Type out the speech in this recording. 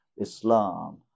Islam